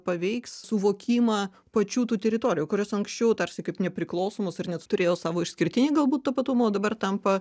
paveiks suvokimą pačių tų teritorijų kurios anksčiau tarsi kaip nepriklausomos ar net turėjo savo išskirtinį galbūt tapatumą o dabar tampa